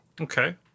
Okay